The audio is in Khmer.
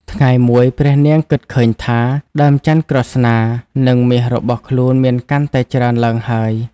ថ្ងៃមួយព្រះនាងគិតឃើញថា ដើមចន្ទន៍ក្រស្នា និង មាសរបស់ខ្លួនមានកាន់តែច្រើនឡើងហើយ ។